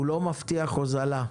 הוא לא מבטיח הוזלה.